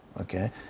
okay